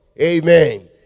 Amen